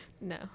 No